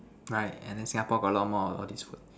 right and then Singapore got a lot more of these food